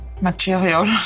material